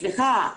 אבל סליחה,